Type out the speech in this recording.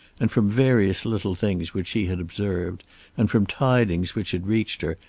and from various little things which she had observed and from tidings which had reached her,